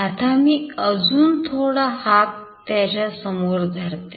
आता मी अजून थोडा हात त्याच्या समोर धरते